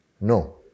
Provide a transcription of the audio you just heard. no